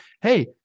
hey